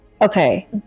Okay